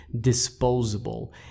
disposable